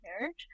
marriage